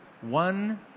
one